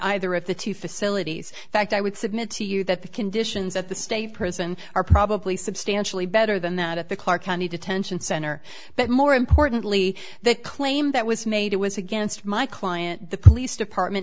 either of the two facilities fact i would submit to you that the conditions at the state prison are probably substantially better than that at the clark county detention center but more importantly the claim that was made it was against my client the police department